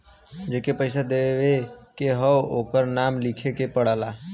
जेके पइसा देवे के हौ ओकर नाम लिखे के पड़ला